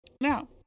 Now